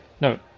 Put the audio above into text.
no